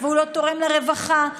והוא לא תורם לרווחה,